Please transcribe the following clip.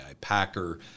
Packer